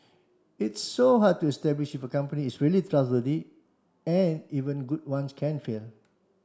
it's so hard to establish if a company is really trustworthy and even good ones can fail